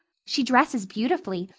she dresses beautifully,